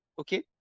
okay